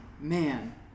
man